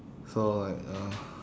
so like uh